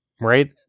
right